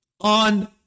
on